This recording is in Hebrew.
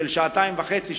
של שעתיים וחצי,